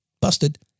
Busted